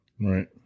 Right